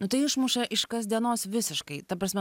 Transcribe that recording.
nu tai išmuša iš kasdienos visiškai ta prasme